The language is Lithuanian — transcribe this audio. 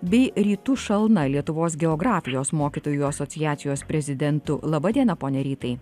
bei rytu šalna lietuvos geografijos mokytojų asociacijos prezidentu laba diena pone rytai